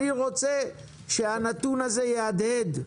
אני רוצה שהנתון הזה יהדהד.